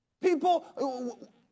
People